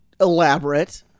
elaborate